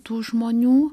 tų žmonių